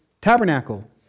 tabernacle